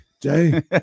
Jay